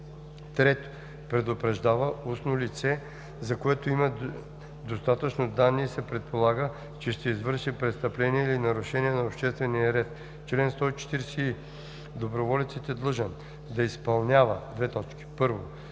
3. предупреждава устно лице, за което има достатъчно данни и се предполага, че ще извърши престъпление или нарушение на обществения ред. Чл. 140и. Доброволецът е длъжен да: 1. изпълнява добросъвестно